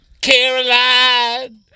Caroline